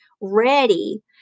ready